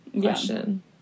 Question